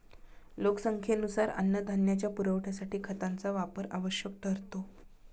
लोकसंख्येनुसार अन्नधान्याच्या पुरवठ्यासाठी खतांचा वापर आवश्यक ठरतो